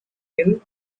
hill